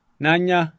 nanya